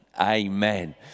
Amen